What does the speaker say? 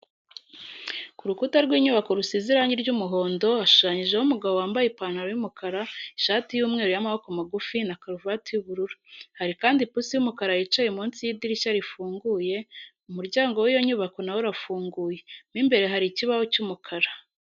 Ku rukuta rw'inyubako rusize irangi ry'umuhondo hashushanyijeho umugabo wambaye ipantaro y'umukara, ishati y'umweru y'amaboko magufi na karuvati y'ubururu, hari kandi ipusi y'umukara yicaye munsi y'idirishya rifunguye, umuryango w'iyo nyubako nawo urafunguye, mo imbere hari ikibaho cy'umukara.